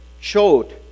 showed